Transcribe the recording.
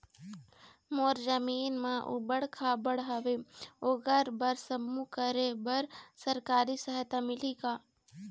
मोर जमीन म ऊबड़ खाबड़ हावे ओकर बर समूह करे बर सरकारी सहायता मिलही का?